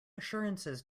assurances